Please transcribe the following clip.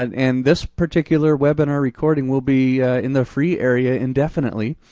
and this particular webinar recording will be in the free area indefinitely.